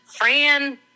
Fran